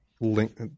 link